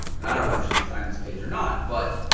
and i don't know if she designed this page or not. but,